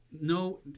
no